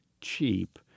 cheap